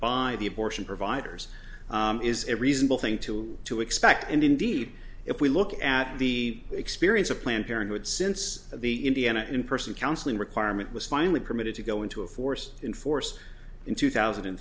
by the abortion providers is a reasonable thing to to expect and indeed if we look at the experience of planned parenthood since the indiana in person counseling requirement was finally permitted to go into a force in force in two thousand and